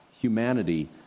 humanity